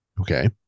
Okay